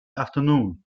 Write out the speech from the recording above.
afternoon